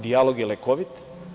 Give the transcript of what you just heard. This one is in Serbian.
Dijalog je lekovit.